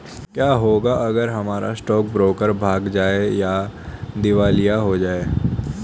क्या होगा अगर हमारा स्टॉक ब्रोकर भाग जाए या दिवालिया हो जाये?